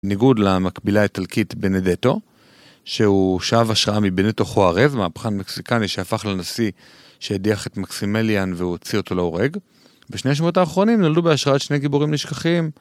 ניגוד למקבילה האיטלקית בנדטו שהוא שאב השראה מבנטו חוארז מהפכן מקסיקני שהפך לנשיא שהדיח את מקסימליאן והוציא אותו להורג. בשני השבועות האחרונים נולדו בהשראת שני גיבורים נשכחיים.